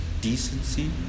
decency